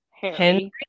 Henry